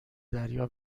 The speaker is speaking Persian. دریا